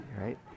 right